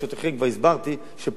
כבר הסברתי שפה אין פשרות.